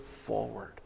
forward